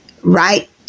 right